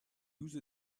use